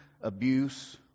abuse